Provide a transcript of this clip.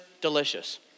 delicious